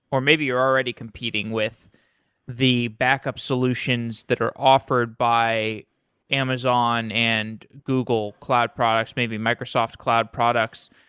or maybe you're already competing with the backup solutions that are offered by amazon and google cloud products, maybe microsoft cloud products.